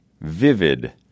vivid